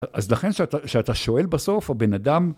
אז לכן כשאתה שואל בסוף, הבן אדם...